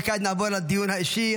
כעת נעבור לדיון האישי.